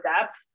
depth